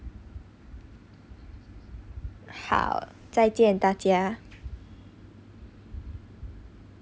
好再见大家